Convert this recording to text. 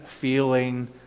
feeling